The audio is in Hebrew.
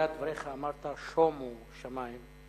בתחילת דבריך אמרת שומו שמים.